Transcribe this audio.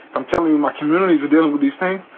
i'm telling you, my communities are dealing with these things.